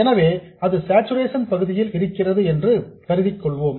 எனவே அது சார்சுரேஷன் பகுதியில் இருக்கிறது என்று கருதிக் கொள்வோம்